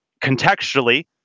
contextually